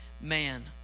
man